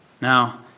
Now